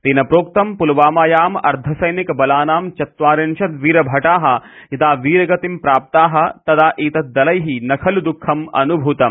तेन प्रोक्त पुलवामायाम् अर्द्धसैनिकबलानां चत्वारिंशत् वीरभटाः यदा वीरगतिं प्राप्ताः तदा एतद्दलैः न खलु दुःखम् अनुभूतम्